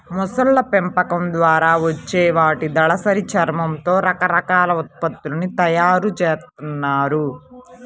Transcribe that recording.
మొసళ్ళ పెంపకం ద్వారా వచ్చే వాటి దళసరి చర్మంతో రకరకాల ఉత్పత్తులను తయ్యారు జేత్తన్నారు